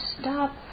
stop